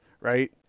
right